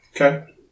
Okay